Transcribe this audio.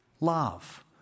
love